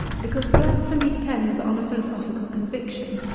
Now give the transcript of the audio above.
because blasphemy depends on a philosophical con viction.